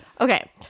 Okay